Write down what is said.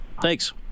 Thanks